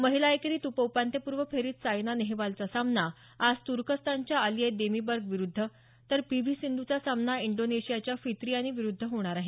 महिला एकेरीत उप उपान्त्यपूर्व फेरीत सायना नेहवालचा सामना आज तुर्कस्तानच्या आलिये देमिर्बग विरुद्ध तर पी व्ही सिंधूचा सामना इंडोनेशियाच्या फित्रीयानी विरुद्ध होणार आहे